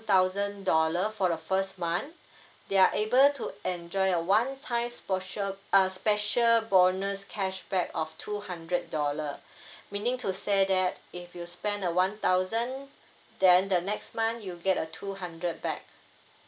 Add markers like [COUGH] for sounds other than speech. thousand dollar for the first month they are able to enjoy a one time for sure uh special bonus cashback of two hundred dollar [BREATH] meaning to say that if you spend a one thousand then the next month you get a two hundred back